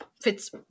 Fits